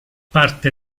parte